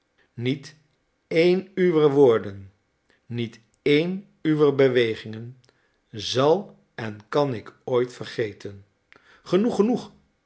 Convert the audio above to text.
niet één uwer woorden niet één uwer bewegingen zal en kan ik ooit vergeten genoeg genoeg